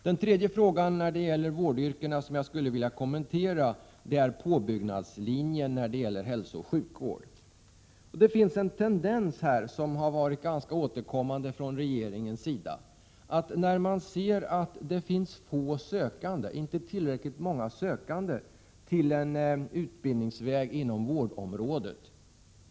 Den tredje fråga beträffande vårdyrkena som jag skulle vilja kommentera gäller påbyggnadslinjen inom hälsooch sjukvård. Det finns en tendens — det har varit en ganska ofta återkommande åtgärd från regeringens sida — att skära ned utbildningskapaciteten, när det inte finns tillräckligt med sökande till en utbildningsväg inom vårdområdet.